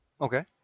Okay